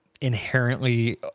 inherently